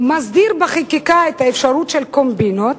שמסדיר בחקיקה את האפשרות של קומבינות,